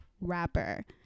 rapper